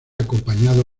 acompañado